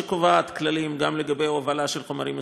שקובעת כללים גם להובלה של חומרים מסוכנים,